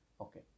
Okay